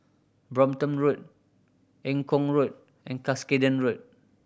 Brompton Road Eng Kong Road and Cuscaden Road